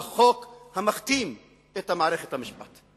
החוק המכתים את מערכת המשפט,